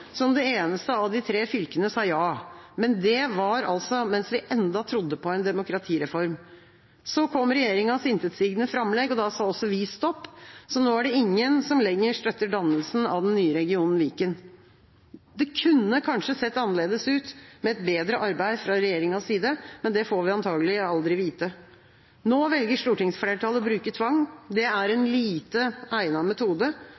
som det eneste av de tre fylkene, sier ja. Men det var mens vi ennå trodde på en demokratireform. Så kom regjeringas intetsigende framlegg. Da sa også vi stopp, så nå er det ingen som lenger støtter dannelsen av den nye regionen Viken. Det kunne kanskje sett annerledes ut med et bedre arbeid fra regjeringas side, men det får vi antakelig aldri vite. Nå velger stortingsflertallet å bruke tvang. Det er en lite egnet metode,